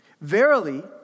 Verily